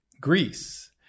Greece